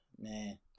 man